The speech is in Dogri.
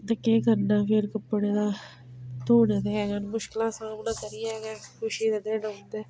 ते केह् करना फिर कपड़े दा धोने ते ऐ गे न मुश्कलां सामना करियै गै खुशी दे दिन औंदे